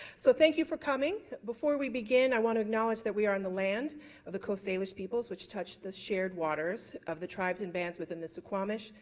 so thank you for coming. before we begin, i want to acknowledge that we are on the land of the coast salish peoples, which touch the shared waters of the tribes and bands within the suquamish,